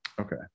Okay